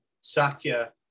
Sakya